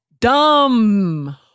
dumb